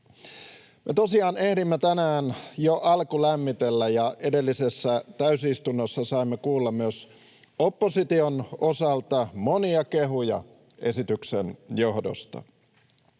ehdimme tänään jo alkulämmitellä, ja edellisessä täysistunnossa saimme kuulla myös opposition osalta monia kehuja esityksen johdosta.